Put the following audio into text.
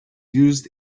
used